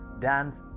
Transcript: dance